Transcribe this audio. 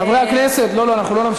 חברי הכנסת, לא, לא, אנחנו לא נמשיך.